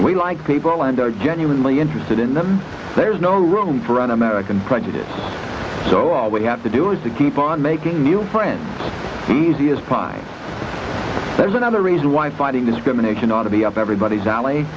and we like people and are genuinely interested in them there's no room for an american prejudice so all we have to do is to keep on making new friends easy as pie there's another reason why fighting discrimination ought to be up everybody's alley